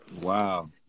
Wow